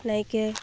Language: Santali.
ᱱᱟᱭᱠᱮ